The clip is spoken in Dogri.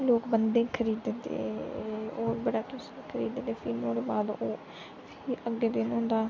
लोग बंद्धे खरीद दे होर बड़ा किश खरीद दे फ्ही अगले दिन होंदा